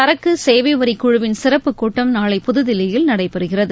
சரக்கு சேவை வரி குழுவின் சிறப்பு கூட்டம் நாளை புதுதில்லியில் நடைபெறுகிறது